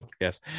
yes